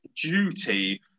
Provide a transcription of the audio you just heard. duty